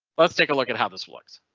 let's take a look at how this works.